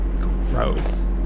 Gross